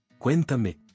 Cuéntame